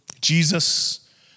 Jesus